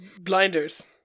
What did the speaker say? Blinders